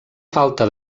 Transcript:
falta